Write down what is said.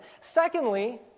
Secondly